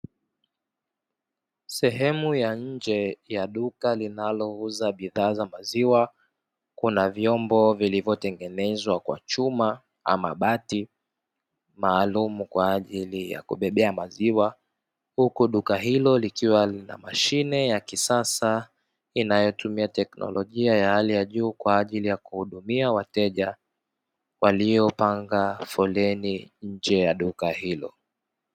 Sehemu ya nje ya duka linalouza bidhaa za maziwa kuna vyombo vilivyotengenezwa kwa chuma ama bati maalumu kwa ajili ya kubebea maziwa, huku duka hilo likiwa lina mashine ya kisasa inayotumia teknolojia ya hali ya juu kwa ajaili ya kuhudumia wateja waliopanga foleni nje ye duka hilo.